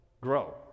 grow